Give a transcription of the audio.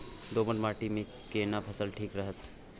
दोमट माटी मे केना फसल ठीक रहत?